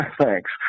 thanks